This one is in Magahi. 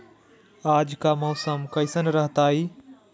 आज के मौसम कैसन रहताई?